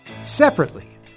Separately